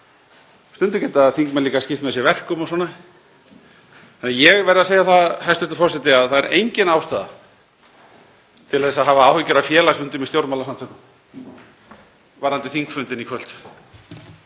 Stundum geta þingmenn líka skipt með sér verkum og svona. Ég verð að segja það, hæstv. forseti, að það er engin ástæða til að hafa áhyggjur af félagsfundum í stjórnmálasamtökum varðandi þingfundinn í kvöld.